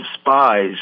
spies